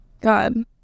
God